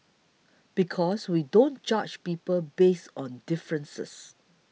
because we don't judge people based on differences